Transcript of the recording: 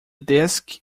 disk